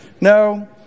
No